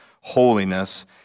holiness